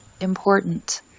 important